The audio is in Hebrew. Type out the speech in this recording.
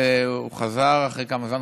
הוא חזר אחרי כמה זמן,